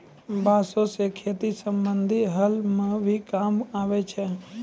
बांस सें खेती संबंधी हल म भी काम आवै छै